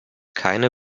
keine